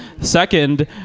Second